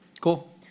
Cool